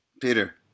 Peter